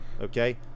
Okay